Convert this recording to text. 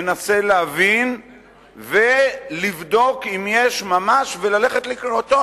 מנסה להבין ולבדוק אם יש ממש וללכת לקראתו,